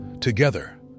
Together